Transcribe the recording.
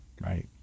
Right